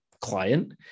client